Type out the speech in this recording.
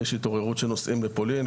יש התעוררות של נוסעים לפולין,